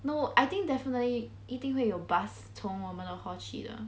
no I think definitely 一定会有 bus 从我们的 hall 去的